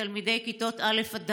לתלמידי כיתות א' ד'.